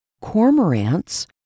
cormorants